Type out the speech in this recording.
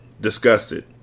disgusted